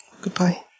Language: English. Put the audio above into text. Goodbye